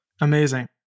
Amazing